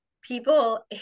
people